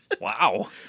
Wow